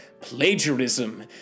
Plagiarism